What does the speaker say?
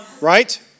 Right